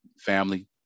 Family